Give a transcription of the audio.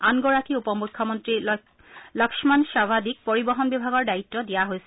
আন গৰাকী উপমুখ্যমন্ত্ৰী লক্ষ্মণ চভাডীক পৰিৱহন বিভাগৰ দায়িত্ব দিয়া হৈছে